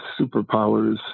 superpowers